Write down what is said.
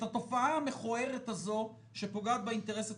את התופעה המכוערת הזו שפוגעת באינטרס הציבורי,